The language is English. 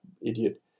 idiot